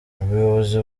ubuyobozi